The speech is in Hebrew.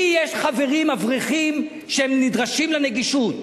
לי יש חברים אברכים שהם נדרשים לנגישות.